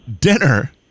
dinner